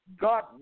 God